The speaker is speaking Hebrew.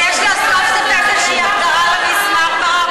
אם יש לה סוף-סוף איזושהי הגדרה למיס מרמרה,